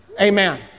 Amen